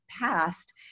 past